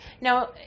now